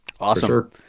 awesome